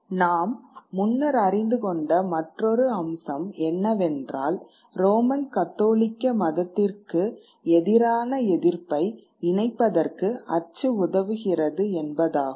நாம் முன்னர் அறிந்துகொண்ட மற்றொரு அம்சம் என்னவென்றால் ரோமன் கத்தோலிக்க மதத்திற்கு எதிரான எதிர்ப்பை இணைப்பதற்கு அச்சு உதவுகிறது என்பதாகும்